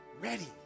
Ready